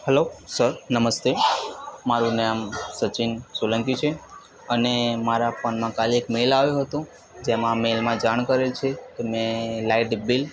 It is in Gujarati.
હેલો સર નમસ્તે મારું નામ સચિન સોલંકી છે અને મારા ફોનમાં કાલે એક મેઈલ આવ્યો હતો જેમાં મેઈલ માં જાણ કરેલ છે મેં લાઈટ બીલ